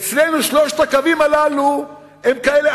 אצלנו שלושת הקווים האלו הם כאלה קטנים,